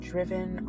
Driven